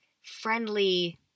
friendly